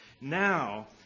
Now